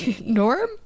norm